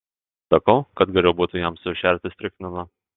sakau kad geriau būtų jam sušerti strichnino